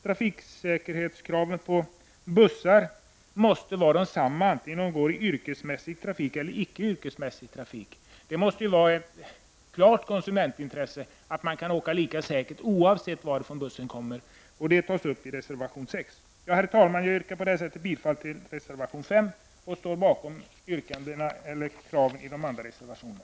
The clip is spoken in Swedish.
Trafiksäkerhetskraven när det gäller bussar måste vara desamma oavsett om bussarna går i yrkesmässig trafik eller inte. Det måste vara ett klart konsumentintresse att man kan åka lika säkert oavsett varifrån bussen kommer. Detta tas upp i reservation 6. Herr talman! Jag yrkar bifall till reservation 5 och står bakom kraven i övriga reservationer.